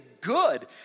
good